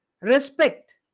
respect